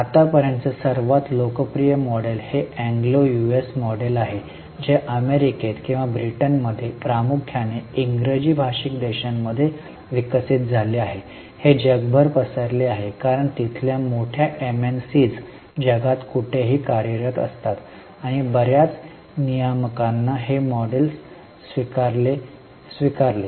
अतापर्यंतचे सर्वात लोकप्रिय मॉडेल हे एंग्लो यूएस मॉडेल आहे जे अमेरिकेत किंवा ब्रिटन मध्ये प्रामुख्याने इंग्रजी भाषिक देशांमध्ये विकसित झाले आहे हे जगभर पसरले आहे कारण तिथल्या मोठ्या MNCs जगात कुठेही कार्यरत असतात आणि बर्याच नियामकांना हे मॉडेल स्वीकारले